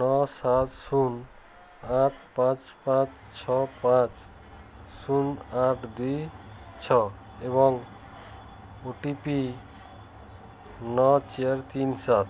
ନଅ ସାତ ଶୂନ ଆଠ ପାଞ୍ଚ ପାଞ୍ଚ ଛଅ ପାଞ୍ଚ ଶୂନ ଆଠ ଦୁଇ ଛଅ ଏବଂ ଓ ଟି ପି ନଅ ଚାରି ତିନି ସାତ